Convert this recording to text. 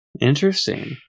Interesting